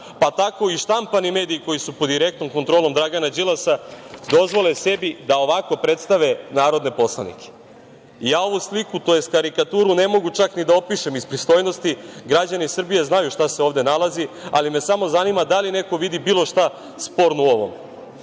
pa tako i štampani mediji, koji su pod direktnom kontrolom Dragana Đilasa, dozvole sebe da ovako predstave narodne poslanike. Ja ovu sliku, tj. karikaturu ne mogu čak ni da opišem iz pristojnosti. Građani Srbije znaju šta se ovde nalazi, ali me samo zanima da li neko vidi bili šta sporno u ovome. Što